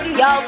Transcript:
yo